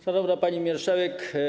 Szanowna Pani Marszałek!